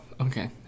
okay